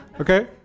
okay